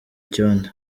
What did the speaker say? icyondo